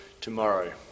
tomorrow